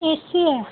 ए C आहे